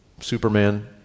Superman